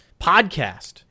podcast